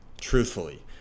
truthfully